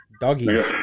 doggies